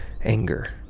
anger